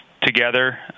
together